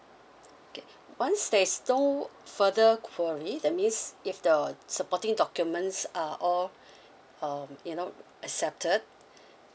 okay once there's no further query that means if the supporting documents are all um you know accepted